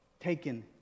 taken